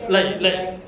like like